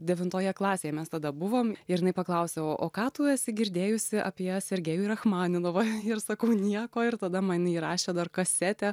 devintoje klasėje mes tada buvom ir jinai paklausė o o ką tu esi girdėjusi apie sergejų rachmaninovą ir sakau nieko ir tada man įrašė dar kasetę